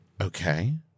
Okay